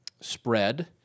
spread